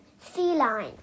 feline